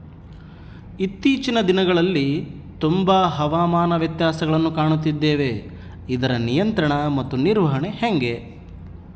ಇತ್ತೇಚಿನ ದಿನಗಳಲ್ಲಿ ತುಂಬಾ ಹವಾಮಾನ ವ್ಯತ್ಯಾಸಗಳನ್ನು ಕಾಣುತ್ತಿದ್ದೇವೆ ಇದರ ನಿಯಂತ್ರಣ ಮತ್ತು ನಿರ್ವಹಣೆ ಹೆಂಗೆ?